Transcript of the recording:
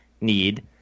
need